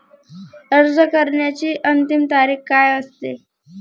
अर्ज करण्याची अंतिम तारीख काय असते?